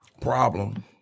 problem